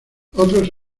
otros